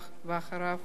חבר הכנסת מגלי